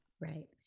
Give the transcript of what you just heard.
Right